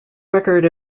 record